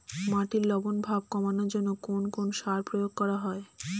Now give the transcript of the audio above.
মাটির লবণ ভাব কমানোর জন্য কোন সার প্রয়োগ করা হয়?